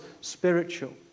spiritual